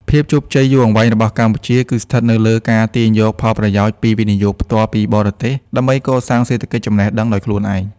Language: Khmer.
ភាពជោគជ័យយូរអង្វែងរបស់កម្ពុជា គឺស្ថិតនៅលើការទាញយកផលប្រយោជន៍ពី វិនិយោគផ្ទាល់ពីបរទេស ដើម្បីកសាង "សេដ្ឋកិច្ចចំណេះដឹង" ដោយខ្លួនឯង។